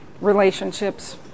relationships